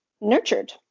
nurtured